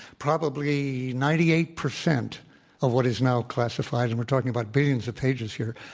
probably ninety eight percent of what is now classified and we're talking about billions of pages here,